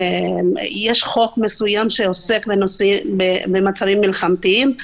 יש חוק מסוים שעוסק במצבים מלחמתיים.